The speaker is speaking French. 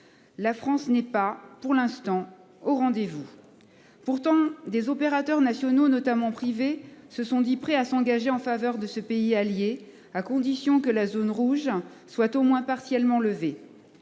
La France n'est pas pour l'instant au rendez vous. Pourtant des opérateurs nationaux notamment privé se sont dits prêts à s'engager en faveur de ce pays allié à condition que la zone rouge soit au moins partiellement levé,